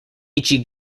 ichi